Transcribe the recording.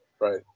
Right